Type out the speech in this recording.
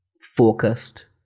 focused